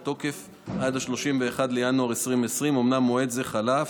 התוקף עד 31 בינואר 2020. אומנם מועד זה חלף,